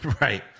Right